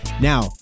Now